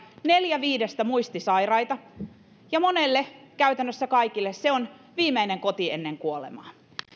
neljä viidestä muistisairaita ja monelle käytännössä kaikille se on viimeinen koti ennen kuolemaa